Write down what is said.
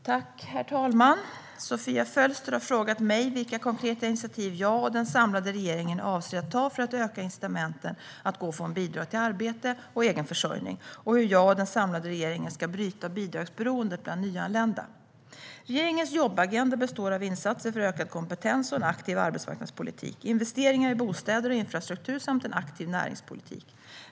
Herr talman! Sofia Fölster har frågat mig vilka konkreta initiativ jag och den samlade regeringen avser att ta för att öka incitamenten att gå från bidrag till arbete och egen försörjning, och hur jag och den samlade regeringen ska bryta bidragsberoendet bland nyanlända. Regeringens jobbagenda består av insatser för ökad kompetens och en aktiv arbetsmarknadspolitik, investeringar i bostäder och infrastruktur samt en aktiv näringspolitik.